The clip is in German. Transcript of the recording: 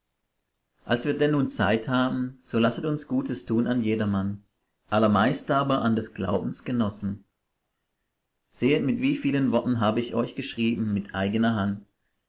als wir denn nun zeit haben so lasset uns gutes tun an jedermann allermeist aber an des glaubens genossen sehet mit wie vielen worten habe ich euch geschrieben mit eigener hand